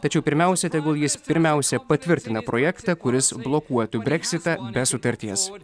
tačiau pirmiausia tegul jis pirmiausia patvirtina projektą kuris blokuotų breksitą be sutarties